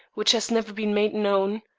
which has never been made known?